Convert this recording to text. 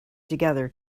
together